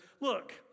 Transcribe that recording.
look